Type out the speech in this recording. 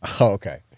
okay